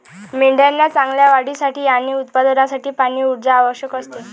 मेंढ्यांना चांगल्या वाढीसाठी आणि उत्पादनासाठी पाणी, ऊर्जा आवश्यक असते